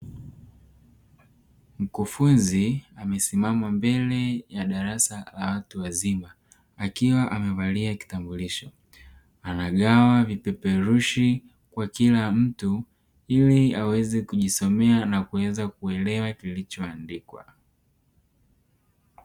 Mkufunzi amesimama mbele ya darasa la watu wazima akiwa amevalia kitambulisho, anagawa vipeperushi kwa kila mtu ili aweze kujisomea na kuweza kuelewa kilichoandikwa.